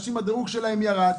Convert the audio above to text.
הדירוג שלהם ירד,